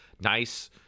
nice